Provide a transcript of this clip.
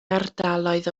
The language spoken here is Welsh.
ardaloedd